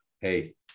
hey